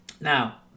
Now